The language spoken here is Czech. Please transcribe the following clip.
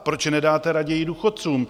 Proč je nedáte raději důchodcům?